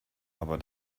aber